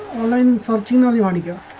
cell giovanni